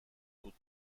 بود